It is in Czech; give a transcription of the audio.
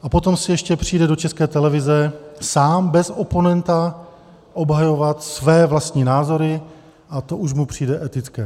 A potom si ještě přijde do České televize sám bez oponenta obhajovat své vlastní názory a to už mu přijde etické.